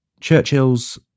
Churchill's